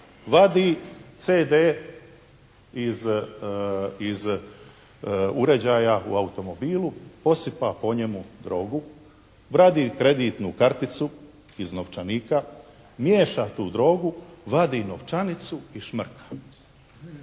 Vadi CD iz uređaja u automobilu, posipa po njemu drogu, vadi kreditnu karticu iz novčanika, miješa tu drogu, vadi novčanicu i šmrka.